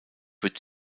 wird